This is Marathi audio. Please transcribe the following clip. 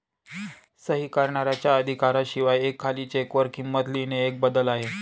सही करणाऱ्याच्या अधिकारा शिवाय एका खाली चेक वर किंमत लिहिणे एक बदल आहे